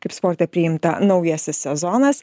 kaip sporte priimta naujasis sezonas